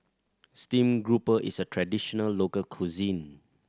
stream grouper is a traditional local cuisine